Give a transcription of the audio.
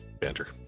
banter